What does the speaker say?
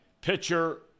Pitcher